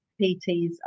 PTs